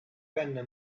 penne